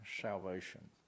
salvation